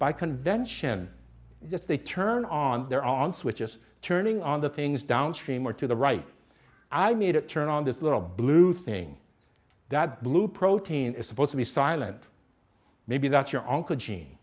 by convention if they turn on their on switches turning on the things downstream or to the right i made it turn on this little blue thing that blue protein is supposed to be silent maybe that's your uncle